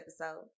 episode